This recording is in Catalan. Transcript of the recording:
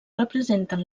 representen